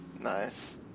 Nice